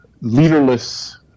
leaderless